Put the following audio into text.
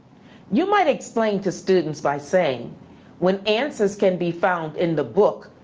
you might explain to students by saying when answers can be found in the book,